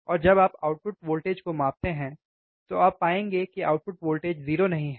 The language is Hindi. और जब आप आउटपुट वोल्टेज को मापते हैं तो आप पाएंगे कि आउटपुट वोल्टेज 0 नहीं है